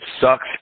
sucks